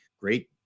great